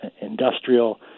industrial